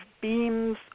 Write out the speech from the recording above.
beams